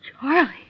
Charlie